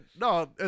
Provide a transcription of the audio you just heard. No